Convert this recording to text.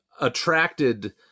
attracted